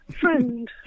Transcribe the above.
friend